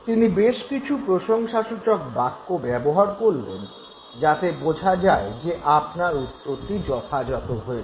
তিনি বেশ কিছু প্রশংসাসূচক বাক্য ব্যবহার করলেন যাতে বোঝা যায় যে আপনার উত্তরটি যথাযথ হয়েছে